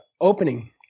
opening